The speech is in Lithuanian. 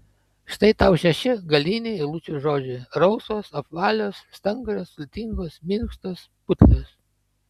štai tau šeši galiniai eilučių žodžiai rausvos apvalios stangrios sultingos minkštos putlios